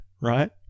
right